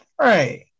Right